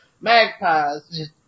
Magpies